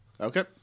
Okay